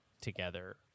together